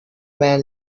man